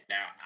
Now